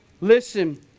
Listen